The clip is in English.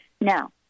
Now